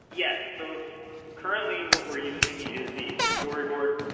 yes so currently what we're using is the storyboard